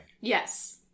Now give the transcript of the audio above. Yes